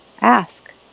Ask